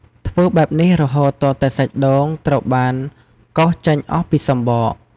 ធ្វើបែបនេះរហូតទាល់តែសាច់ដូងត្រូវបានកោសចេញអស់ពីសម្បក។